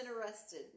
arrested